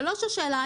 שאלה שלישית,